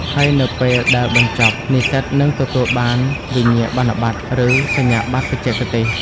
ហើយនៅពេលដែលបញ្ចប់ និស្សិតនឹងទទួលបាន វិញ្ញាបនបត្រ ឬ សញ្ញាបត្របច្ចេកទេស។